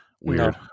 Weird